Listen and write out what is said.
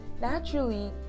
naturally